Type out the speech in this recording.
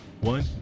One